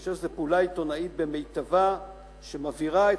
אני חושב שזו פעולה עיתונאית במיטבה שמבהירה את